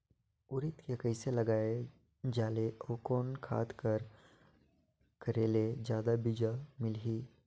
उरीद के कइसे लगाय जाले अउ कोन खाद कर करेले जादा बीजा मिलही?